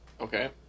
Okay